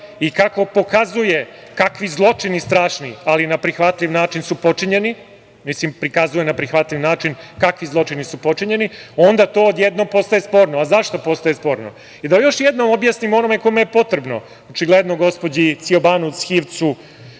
i kako pokazuje kakvi strašni zločini, ali na prihvatljiv način, su počinjeni, mislim prikazuje na prihvatljiv način kakvi zločini su počinjeni, onda to odjednom postaje sporno. Zašto postaje sporno? Da još jednom objasnim onome kome je potrebno, očigledno gospođi Ciobanu Zhivcu